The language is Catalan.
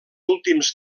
últims